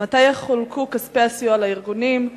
2. מתי יחולקו כספי הסיוע לארגונים?